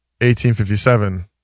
1857